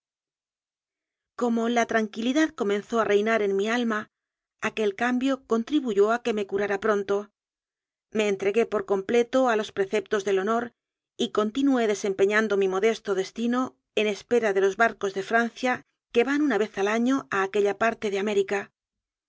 como la tranquilidad comenzó a reinar en mi alma aquel cambio contribuyó a que me curara pronto me entregué por completo a los preceptos del honor y continué desempeñando mi modesto destino en espera de los barcos de francia que van una vez al año a aquella parte de américa